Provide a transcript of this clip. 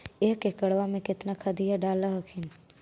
एक एकड़बा मे कितना खदिया डाल हखिन?